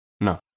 no